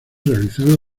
realizarlo